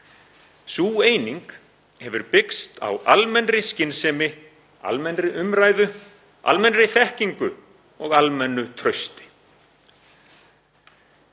Sú eining hefur byggst á almennri skynsemi, almennri umræðu, almennri þekkingu og almennu trausti.